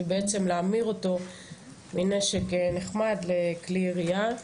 ובעצם להמיר אותו מנשק נחמד לכלי ירייה.